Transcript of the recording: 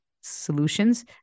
solutions